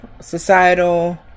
Societal